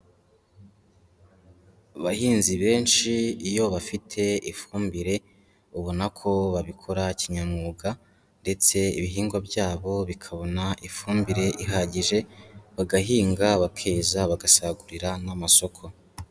Abahinzi benshi iyo bafite ifumbire ubona ko babikora kinyamwuga ndetse ibihingwa byabo bikabona ifumbire ihagije, bagahinga, bakeza, bagasagurira n'amasoko.